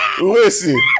Listen